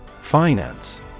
Finance